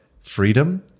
freedom